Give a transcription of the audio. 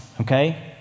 okay